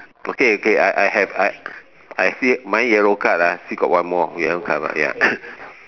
okay okay I I have I I say mine yellow card ah still got one more we haven't cover ya